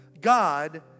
God